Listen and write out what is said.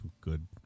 good